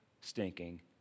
stinking